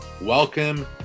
Welcome